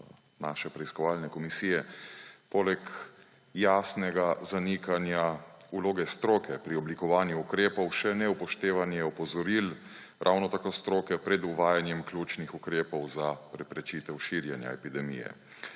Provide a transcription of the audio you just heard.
naše preiskovalne komisije. Poleg jasnega zanikanja vloge stroke pri oblikovanju ukrepov še neupoštevanje opozoril, ravno tako stroke, pred uvajanjem ključnih ukrepov za preprečitev širjenja epidemije.